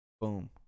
Boom